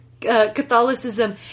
Catholicism